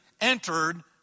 entered